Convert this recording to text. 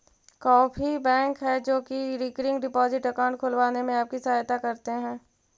काफी बैंक हैं जो की रिकरिंग डिपॉजिट अकाउंट खुलवाने में आपकी सहायता करते हैं